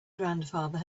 grandfather